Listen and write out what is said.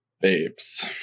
babes